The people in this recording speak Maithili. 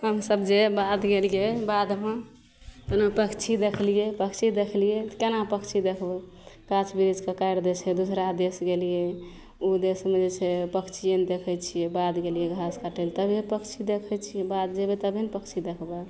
हमसभ जे बाध गेलिए बाधबोन ओना पक्षी देखलिए पक्षी देखलिए कोना पक्षी देखबै गाछ बिरिछके काटि दै छै दोसरा देश गेलिए ओहि देशमे जे छै पक्षिए नहि देखै छिए बाध गेलिए घास काटै ले तभिए पक्षी देखै छिए बाध जएबै तभिए ने पक्षी देखबै